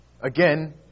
Again